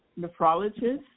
nephrologist